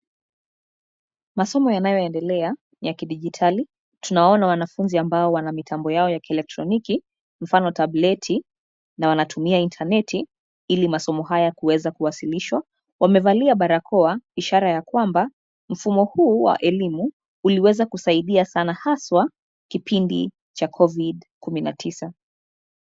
Masomo yanayoendelea ni ya kidigitali, tunawaona wanafunzi ambao wana mitambo yao ya kielektroniki, mfano tableti na wanatumia interneti ili masomo haya kuweza kuwasilishwa. Wamevalia barakoa ishara kwamba, mfumo huu wa elimu uliweza kusaidia sana haswa, kipindi cha Covid kumi na tisa.